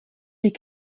des